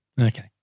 Okay